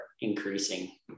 increasing